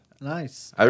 nice